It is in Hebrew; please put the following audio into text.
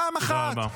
פעם אחת -- תודה רבה.